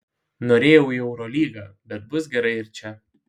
norėjau į eurolygą bet bus gerai ir čia